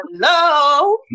hello